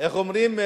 איך אומרים,